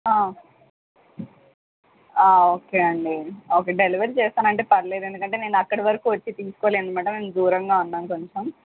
okay అండి okay delivery చేస్తాను అంటే పర్లేదు ఎందుకంటే నేను అక్కడి వరకు వచ్చి తీసుకోలేను అన్నమాట నేను దూరంగా ఉన్నాను కొంచెం